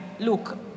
look